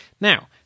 Now